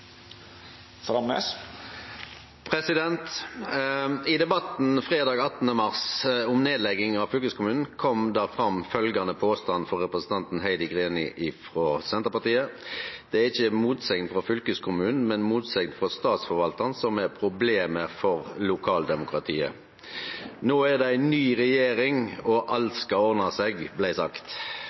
fram følgjande påstand frå representanten Heidi Greni frå Senterpartiet: Det er ikkje motsegn frå fylkeskommunen, men motsegn frå statsforvaltaren som er problemet for lokaldemokratiet. Nå er det ei ny regjering, og alt skulle ordne seg, blei det sagt.